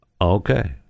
okay